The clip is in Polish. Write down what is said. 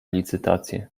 licytację